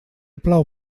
plou